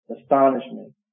astonishment